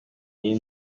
iyi